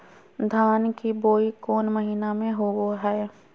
धान की बोई कौन महीना में होबो हाय?